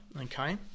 Okay